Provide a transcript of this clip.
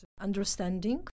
understanding